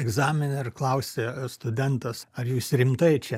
egzaminą ir klausia studentas ar jūs rimtai čia